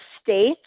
state